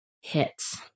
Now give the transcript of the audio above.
hits